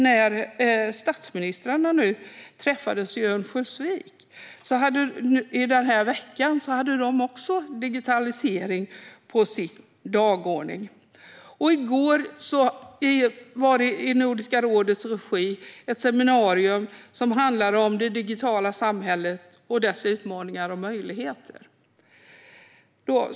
När statsministrarna träffades i Örnsköldsvik i veckan hade också de digitalisering på sin dagordning. I går hölls i Nordiska rådets regi ett seminarium som handlade om det digitala samhället och dess utmaningar och möjligheter.